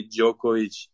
Djokovic